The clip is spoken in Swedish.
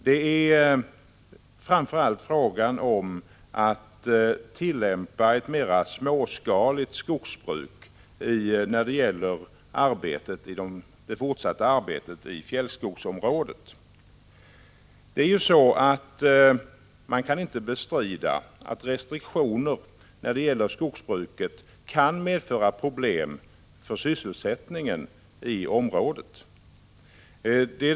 Det gäller framför allt frågan om att tillämpa ett mer småskaligt skogsbruk i fjällskogsområdet. Man kan inte bestrida att restriktioner för skogsbruket kan medföra problem för sysselsättningen i området.